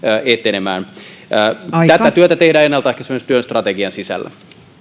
etenemään ja tätä työtä tehdään ennalta ehkäisevän työn strategian sisällä